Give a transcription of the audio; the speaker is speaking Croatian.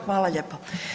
Hvala lijepo.